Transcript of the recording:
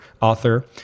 author